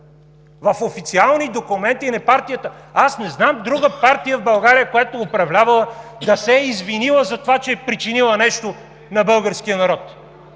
в официални документи на партията – аз не знам друга партия в България, която е управлявала, да се е извинила за това, че е причинила нещо на българския народ.